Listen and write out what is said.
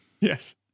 Yes